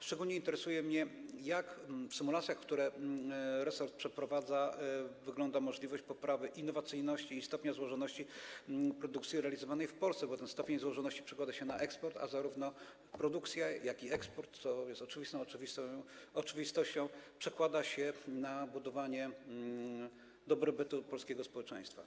Szczególnie interesuje mnie to, jak w symulacjach, które resort przeprowadza, wygląda możliwość poprawy innowacyjności i stopnia złożoności produkcji realizowanej w Polsce, bo ten stopień złożoności przekłada się na eksport, a zarówno produkcja, jak i eksport, co jest oczywistą oczywistością, przekładają się na budowanie dobrobytu polskiego społeczeństwa.